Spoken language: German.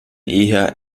eher